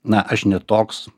na aš ne toks